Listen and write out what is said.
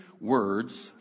words